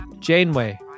Janeway